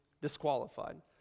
disqualified